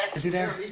is he there?